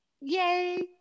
Yay